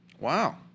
Wow